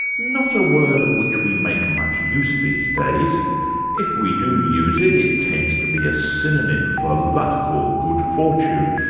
not a word of which we make much use these days if we do use it, it tends to be a synonym for a luck, or good fortune,